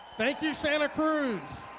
thank you, santa cruz.